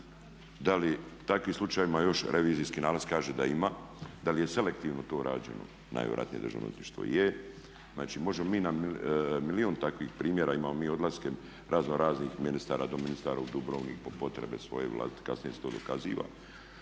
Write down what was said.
Da li u takvim slučajevima još revizijski nalaz kaže da ima, da li je selektivno to rađeno, najvjerojatnije državno odvjetništvo je. Znači možemo mi na milijun takvih primjera, imamo mi odlaske razno raznih ministara, doministara u Dubrovnik po potrebe svoje, kasnije se to dokaziva,